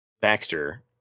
Baxter